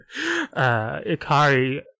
Ikari